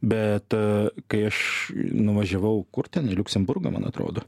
bet kai aš nuvažiavau kur ten į liuksemburgą man atrodo